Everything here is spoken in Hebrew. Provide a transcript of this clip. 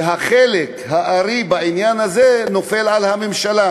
וחלק הארי בעניין הזה נופל על הממשלה,